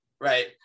right